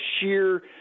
sheer